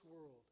world